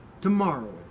tomorrow